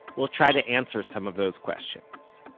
we'll try to answer some of those questions.